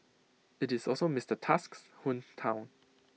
IT is also Mister Tusk's hometown